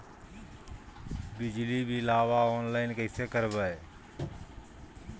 बिजली बिलाबा ऑनलाइन कैसे करबै?